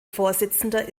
vorsitzender